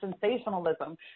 sensationalism